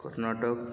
Karnataka